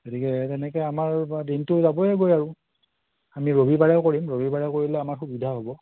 গতিকে তেনেকৈ আমাৰ দিনটো যাবই গৈ আৰু আমি ৰবিবাৰেও কৰিম ৰবিবাৰেও কৰিলে আমাৰ সুবিধা হ'ব